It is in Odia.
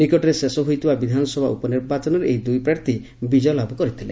ନିକଟରେ ଶେଷ ହୋଇଥିବା ବିଧାନସଭା ଉପନିର୍ବାଚନରେ ଏହି ଦୁଇ ପ୍ରାର୍ଥୀ ବିଜୟ ଲାଭ କରିଥିଲେ